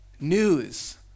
news